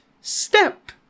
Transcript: step